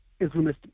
Islamist